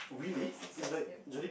my sisters keep